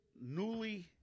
newly